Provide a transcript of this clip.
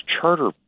charter